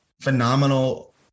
Phenomenal